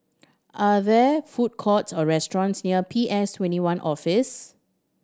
are there food courts or restaurants near P S Twenty one Office